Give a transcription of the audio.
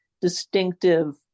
distinctive